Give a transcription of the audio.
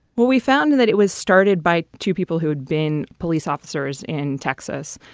well, we found and that it was started by two people who had been police officers in texas,